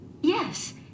Yes